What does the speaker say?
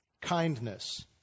kindness